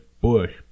Bush